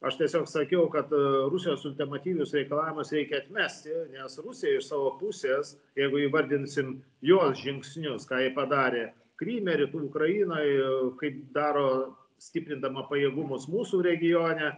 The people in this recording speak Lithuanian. aš tiesiog sakiau kad rusijos ultimatyvius reikalavimus reikia atmesti nes rusija iš savo pusės jeigu įvardinsim jos žingsnius ką ji padarė kryme rytų ukrainoj kaip daro stiprindama pajėgumus mūsų regione